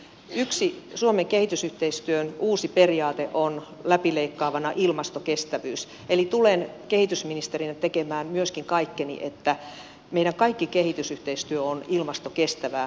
yksi suomen kehitysyhteistyön uusi periaate on läpileikkaavana ilmastokestävyys eli tulen kehitysministerinä tekemään myöskin kaikkeni että meidän kaikki kehitysyhteistyömme on ilmastokestävää